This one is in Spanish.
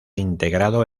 integrado